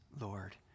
Lord